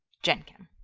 gen chem.